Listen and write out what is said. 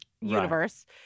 universe